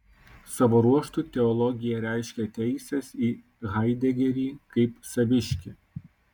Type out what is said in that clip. savo ruožtu teologija reiškė teises į haidegerį kaip saviškį